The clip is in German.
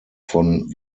von